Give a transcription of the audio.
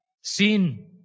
sin